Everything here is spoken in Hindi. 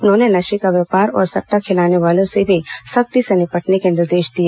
उन्होंने नशे का व्यापार और सट्टा खिलाने वालों से भी सख्ती से निपटने के निर्देश दिए